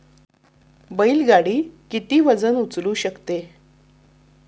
बैल गाडी किती वजन उचलू शकते?